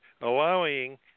allowing